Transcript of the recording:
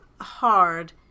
hard